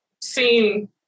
seen